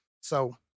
So-